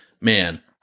man